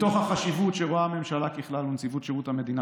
מתוך החשיבות שרואה הממשלה ככלל ונציבות שירות המדינה